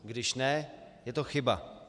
Když ne, je to chyba.